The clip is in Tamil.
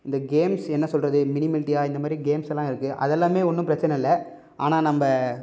இந்த கேம்ஸ் என்ன சொல்கிறது மினிமில்ட்டியா இந்த மாதிரி கேம்ஸெல்லாம் இருக்குது அதெல்லாம் ஒன்றும் பிரச்சனை இல்லை ஆனால் நம்ம